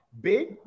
Big